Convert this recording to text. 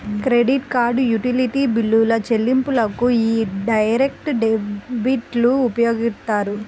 credit card, utility బిల్లుల చెల్లింపులకు యీ డైరెక్ట్ డెబిట్లు ఉపయోగిత్తారు